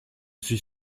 suis